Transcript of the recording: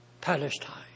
Palestine